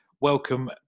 welcome